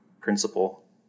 principle